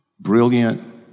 Brilliant